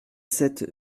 sept